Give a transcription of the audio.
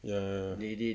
ya